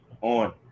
on